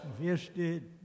visited